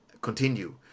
continue